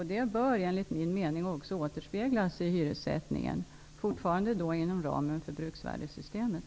Det bör, enligt min mening, också återspeglas i hyressättningen -- inom ramen för bruksvärdessystemet.